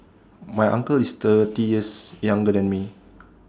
my uncle is thirty years younger than me